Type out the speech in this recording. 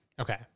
Okay